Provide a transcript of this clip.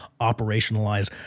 operationalize